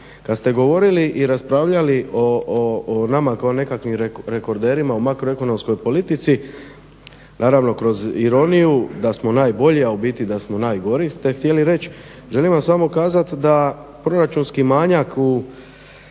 Kada ste govorili i raspravljali o nama kao nekakvim rekorderima u makroekonomskoj politici naravno kroz ironiju da smo najbolji, a u biti da smo najgori ste htjeli reći, želim vam samo kazati da proračunski manjak u